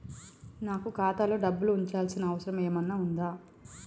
నాకు ఖాతాలో డబ్బులు ఉంచాల్సిన అవసరం ఏమన్నా ఉందా?